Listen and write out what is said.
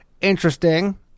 Interesting